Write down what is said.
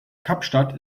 kapstadt